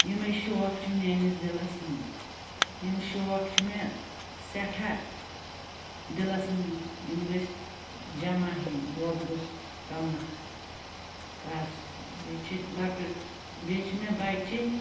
یمٔے شوق چھِ میٛٲنِس دِلَس مَنٛز یم شوق چھِ مےٚ سٮ۪ٹھاہ دِلَس مَنٛز یم گٔژھۍ جمع ینۍ روٚب گوٚژھ طمع کاسُن بیٚیہِ چھِ لۄکٕٹۍ بیٚیہِ چھِ مےٚ بَچہِ